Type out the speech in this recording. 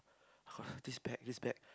this bag this bag